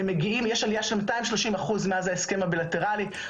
יש עלייה של 230 אחוזים מאז ההסכם הבילטרלי,